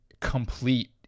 complete